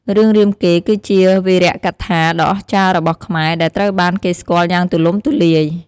រឿងរាមកេរ្តិ៍ គឺជាវីរកថាដ៏អស្ចារ្យរបស់ខ្មែរ ដែលត្រូវបានគេស្គាល់យ៉ាងទូលំទូលាយ។